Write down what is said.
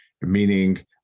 meaning